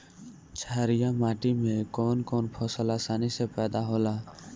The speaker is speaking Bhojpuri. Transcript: छारिया माटी मे कवन कवन फसल आसानी से पैदा होला?